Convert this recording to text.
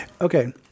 Okay